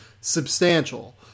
substantial